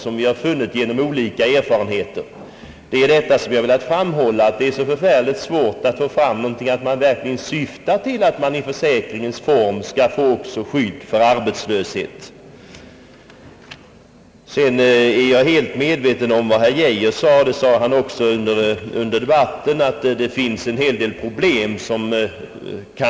Jag har velat framhålla att det tycks vara väldigt svårt att från regeringen få fram, att man verkligen syftar till att i försäkringens form få skydd också för arbetslöshet. Jag är helt medveten om de problem och svårigheter herr Geijer talade om.